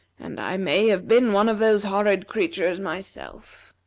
and i may have been one of those horrid creatures myself.